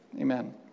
Amen